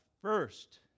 first